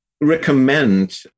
recommend